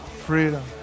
Freedom